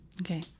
Okay